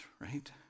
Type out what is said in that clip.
right